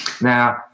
Now